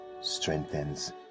strengthens